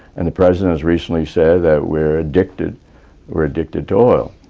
and the president has recently said that we're addicted we're addicted to oil,